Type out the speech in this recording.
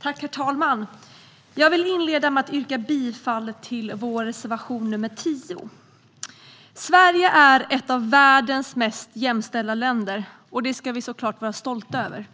Herr talman! Jag vill inleda med att yrka bifall till vår reservation nr 10. Sverige är ett av världens mest jämställda länder, och det ska vi såklart vara stolta över.